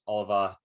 Oliver